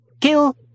Kill